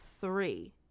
three